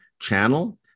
channel